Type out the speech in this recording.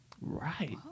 Right